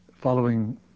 following